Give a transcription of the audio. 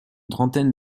trentaine